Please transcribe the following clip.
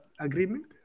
agreement